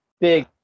Big